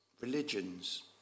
religions